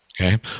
Okay